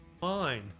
Fine